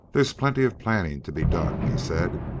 there's plenty of planning to be done, he said.